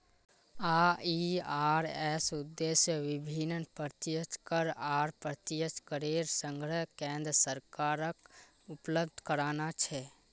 IRS उद्देश्य विभिन्न प्रत्यक्ष कर आर अप्रत्यक्ष करेर संग्रह केन्द्र सरकारक उपलब्ध कराना छे